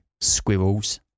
Squirrels